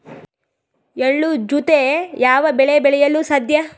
ಎಳ್ಳು ಜೂತೆ ಯಾವ ಬೆಳೆ ಬೆಳೆಯಲು ಸಾಧ್ಯ?